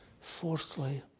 Fourthly